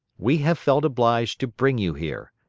we have felt obliged to bring you here.